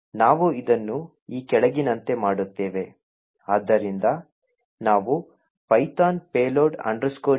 ಆದ್ದರಿಂದ ನಾವು ಇದನ್ನು ಈ ಕೆಳಗಿನಂತೆ ಮಾಡುತ್ತೇವೆ ಆದ್ದರಿಂದ ನಾವು ಪೈಥಾನ್ payload generator